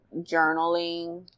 journaling